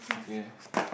okay